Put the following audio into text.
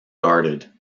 guarded